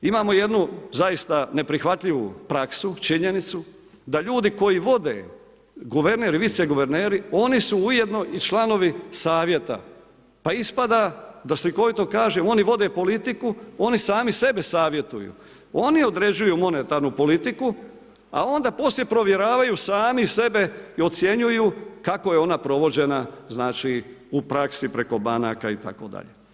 Imamo jednu zaista neprihvatljivu praksu, činjenicu, da ljudi koji vode, guverner, viceguverneri, oni su ujedno članovi savjeta, pa ispada da slikovito kažem, oni vode politiku, oni sami sebe savjetuju, oni određuju monetarnu politiku a onda poslije provjeravaju sami sebe i ocjenjuju kako je ona provođena u praksi, preko banaka itd.